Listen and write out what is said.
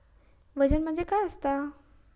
वजन म्हणजे काय असता?